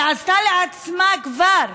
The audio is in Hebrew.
כי היא עשתה לעצמה כבר